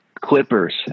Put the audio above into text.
Clippers